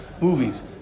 movies